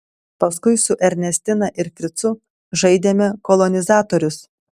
paskui su ernestina ir fricu žaidėme kolonizatorius